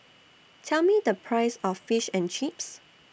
Tell Me The Price of Fish and Chips